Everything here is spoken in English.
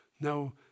Now